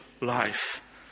life